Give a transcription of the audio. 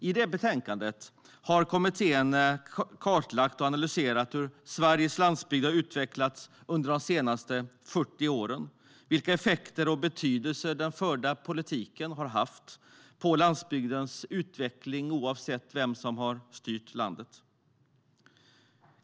I betänkandet har kommittén kartlagt och analyserat hur Sveriges landsbygd har utvecklats under de senaste 40 åren och vilka effekter och vilken betydelse den förda politiken har haft på landsbygdens utveckling oavsett vem som har styrt landet.